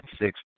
six